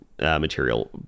material